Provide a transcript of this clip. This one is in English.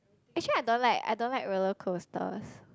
actually I don't like I don't like roller coasters